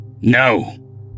No